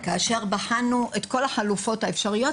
כאשר בחנו את כל החלופות האפשריות,